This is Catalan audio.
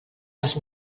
les